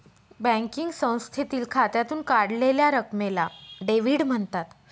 banking संस्थेतील खात्यातून काढलेल्या रकमेला डेव्हिड म्हणतात